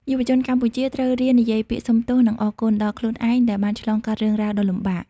យុវជនកម្ពុជាត្រូវរៀននិយាយពាក្យ "សុំទោស" និង "អរគុណ" ដល់ខ្លួនឯងដែលបានឆ្លងកាត់រឿងរ៉ាវដ៏លំបាក។